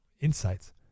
insights